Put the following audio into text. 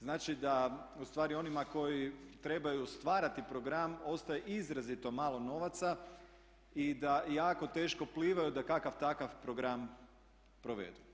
Znači da ustvari onima koji trebaju stvarati program ostaje izrazito malo novaca i da jako teško plivaju da kakav takav program provedu.